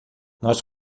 nós